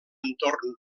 entorn